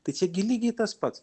tai čia gi lygiai tas pats